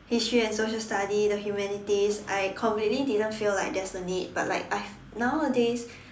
history and social studies the humanities I completely didn't feel like there's a need but like I've nowadays